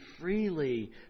freely